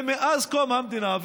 שמאז קום המדינה,